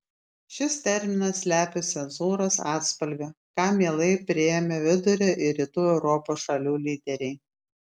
šis terminas slepia cenzūros atspalvį kam mielai priėmė vidurio ir rytų europos šalių lyderiai